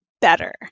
better